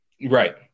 Right